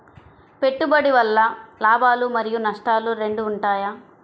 పెట్టుబడి వల్ల లాభాలు మరియు నష్టాలు రెండు ఉంటాయా?